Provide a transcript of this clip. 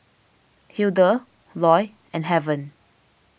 Hildur Loy and Heaven